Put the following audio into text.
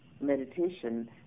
meditation